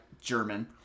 German